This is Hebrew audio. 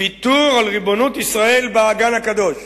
ויתור על ריבונות ישראל באגן הקדוש,